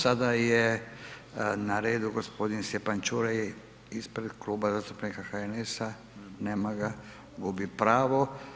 Sada je na redu g. Stjepan Čuraj ispred Kluba zastupnika HNS-a, nema ga, gubi pravo.